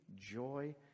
joy